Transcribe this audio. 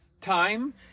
time